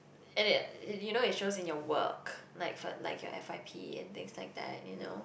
and it and you know it shows in your work like for like your F_Y_P and things like that you know